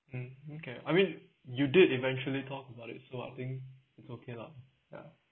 mm okay I mean you did eventually talk about it so I think it's okay lah ya